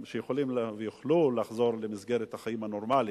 שיכולים ויוכלו לחזור למסגרת החיים הנורמלית,